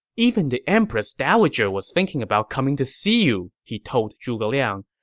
even the empress dowager was thinking about coming to see you, he told zhuge liang,